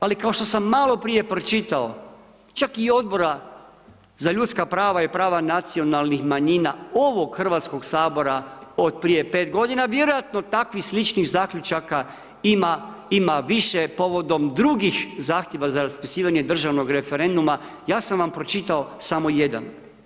Ali kao što sam maloprije pročitao čak i Odbora za ljudska prava i prava nacionalnih manjina ovog Hrvatskog sabora od prije 5 godina, vjerojatno takvih sličnih zaključka ima, ima više povodom drugih zahtjeva za raspisivanje državnog referenduma, ja sam vam pročitao samo jedan.